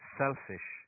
selfish